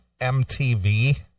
MTV